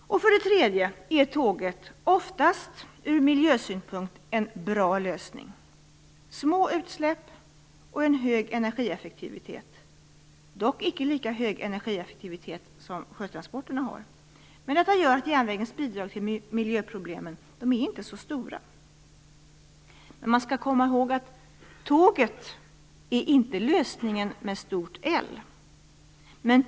För det tredje är tåget oftast en bra lösning från miljösynpunkt genom små utsläpp och en hög energieffektivitet, dock inte lika hög som sjötransporterna. Detta gör att järnvägens bidrag till miljöproblemen inte är så stora. Men man skall komma ihåg att tåget inte är lösningen med stort L.